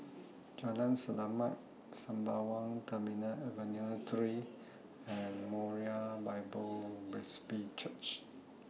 Jalan Selamat Sembawang Terminal Avenue three and Moriah Bible Presby Church